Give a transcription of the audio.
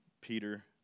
Peter